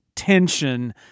tension